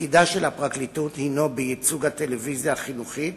תפקיד הפרקליטות הינו בייצוג הטלוויזיה החינוכית